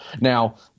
Now